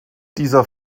dieser